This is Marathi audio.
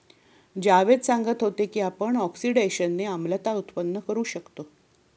जावेद सांगत होते की आपण ऑक्सिडेशनने आम्लता उत्पन्न करू शकतो